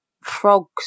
frogs